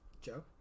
Joe